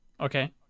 Okay